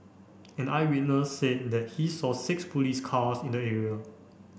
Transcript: an eyewitness said that he saw six police cars in the area